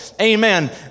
Amen